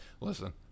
Listen